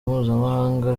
mpuzamahanga